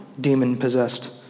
demon-possessed